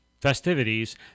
festivities